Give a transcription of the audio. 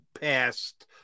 past